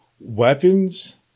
weapons